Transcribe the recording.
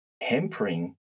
hampering